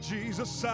Jesus